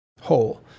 whole